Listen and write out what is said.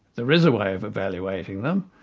there is a way of evaluating them.